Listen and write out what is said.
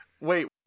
wait